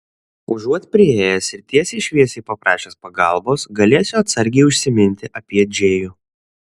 užuot priėjęs ir tiesiai šviesiai paprašęs pagalbos galėsiu atsargiai užsiminti apie džėjų